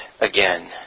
again